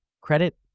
Credit